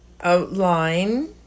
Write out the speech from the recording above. outline